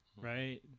Right